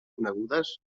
conegudes